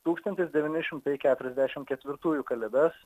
tūkstantis devyni šimtai keturiasdešim ketvirtųjų kalėdas